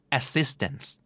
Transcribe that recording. assistance